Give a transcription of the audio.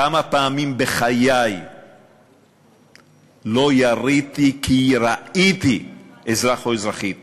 כמה פעמים בחיי לא יריתי כי ראיתי אזרח או אזרחית